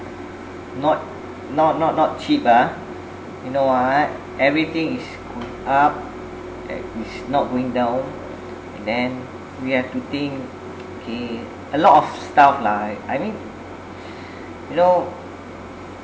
not not not not cheap ah you know ah everything is going up uh is not going down and then we have to think okay a lot of stuff lah I mean you know